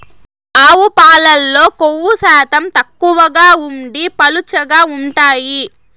ఆవు పాలల్లో కొవ్వు శాతం తక్కువగా ఉండి పలుచగా ఉంటాయి